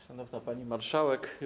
Szanowna Pani Marszałek!